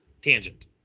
tangent